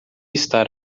estar